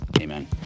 amen